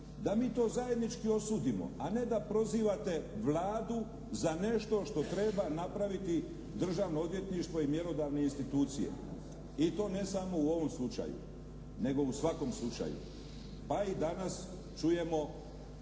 da mi to zajednički osudimo a ne da prozivate Vladu za nešto što treba napraviti Državno odvjetništvo i mjerodavne institucije, i to ne samo u ovom slučaju, nego u svakom slučaju. Pa i danas čujemo